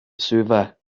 server